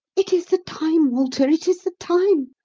it is the time, walter, it is the time!